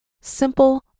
simple